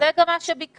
זה גם מה שביקשנו.